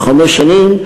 או חמש שנים,